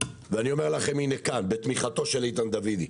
ואני אומר לכם כאן בתמיכתו של איתן דוידי,